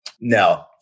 No